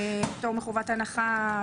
פטור מחובת הנחה,